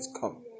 come